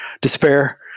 despair